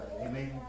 Amen